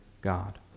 God